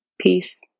peace